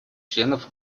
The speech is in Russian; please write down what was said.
членов